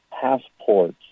passports